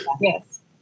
Yes